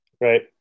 right